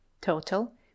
Total